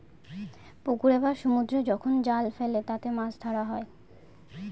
পুকুরে বা সমুদ্রে যখন জাল ফেলে তাতে মাছ ধরা হয়